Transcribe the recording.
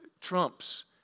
trumps